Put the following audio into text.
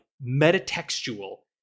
meta-textual